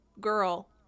girl